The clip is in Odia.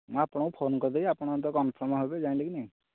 ମୁଁ ଆପଣଙ୍କୁ ଫୋନ୍ କରିଦେବି ଆପଣ ତ କନ୍ଫର୍ମ୍ ହେବେ ଜାଣିଲେ କି ନାହିଁ